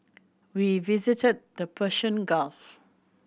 we visited the Persian Gulf